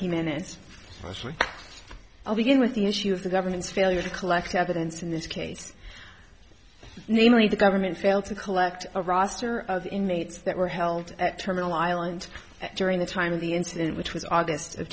praising minutes i'll begin with the issue of the government's failure to collect evidence in this case namely the government failed to collect a roster of inmates that were held at terminal island during the time of the incident which was august of